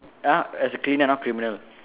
uh as a cleaner not criminal